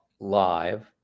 live